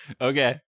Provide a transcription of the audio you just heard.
Okay